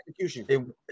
execution